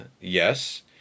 yes